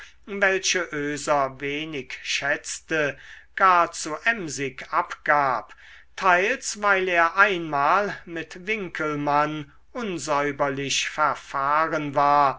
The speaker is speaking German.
welche oeser wenig schätzte gar zu emsig abgab teils weil er einmal mit winckelmann unsäuberlich verfahren war